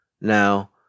Now